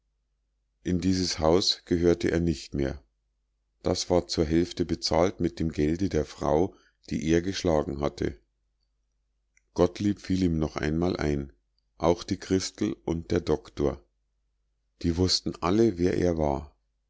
in dieses haus gehörte er nicht mehr das war zur hälfte bezahlt mit dem gelde der frau die er geschlagen hatte gottlieb fiel ihm noch einmal ein auch die christel und der doktor die wußten alle wer er war